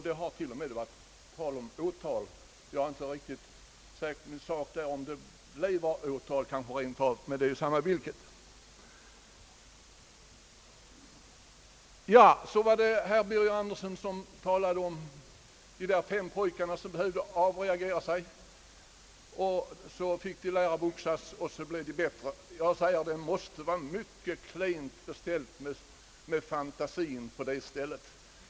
Det har t.o.m. varit tal om åtal. Herr Birger Andersson talade om de fem pojkarna som behövde avreagera sig och som fick lära sig boxas, och då blev de bättre. Det måste vara klent beställt med fantasien på det stället.